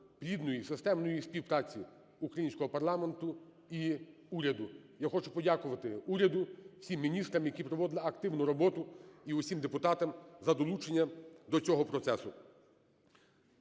плідної і системної співпраці українського парламенту і уряду. Я хочу подякувати уряду, всім міністрам, які проводили активну роботу, і всім депутатам за долучення до цього процесу.